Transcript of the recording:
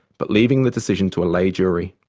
but leaving the decision to a lay jury.